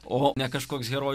o ne kažkoks herojus